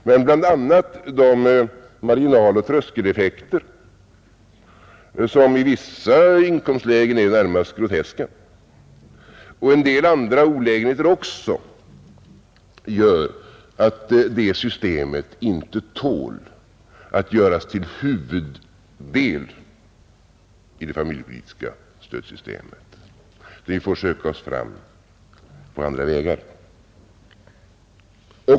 Men bl.a. de marginaloch tröskeleffekter som i vissa inkomstlägen är närmast groteska och en del andra olägenheter gör att det systemet inte tål att bli en huvuddel i det familjepolitiska stödsystemet. Vi får söka oss fram också på andra vägar.